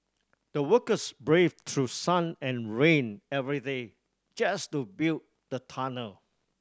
the workers braved through sun and rain every day just to build the tunnel